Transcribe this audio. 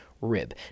rib